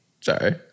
Sorry